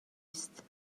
است